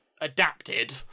adapted